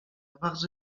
bardzo